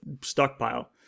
stockpile